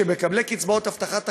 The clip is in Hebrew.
מקבלי קצבאות הבטחת הכנסה,